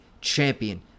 champion